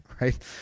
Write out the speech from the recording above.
right